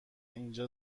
اینجا